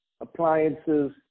appliances